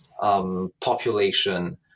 population